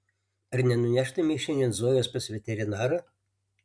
ar nenuneštumei šiandien zojos pas veterinarą